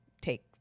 take